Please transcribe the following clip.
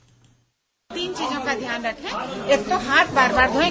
bite तीन चीजों पर ध्यान रखें एक तो हाथ बार बार धोये